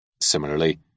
Similarly